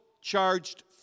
charged